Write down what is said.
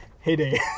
heyday